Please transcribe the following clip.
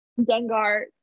Dengar